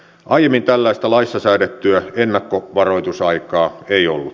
aiemmin tällaista laissa säädettyä ennakkovaroitusaikaa ei ollut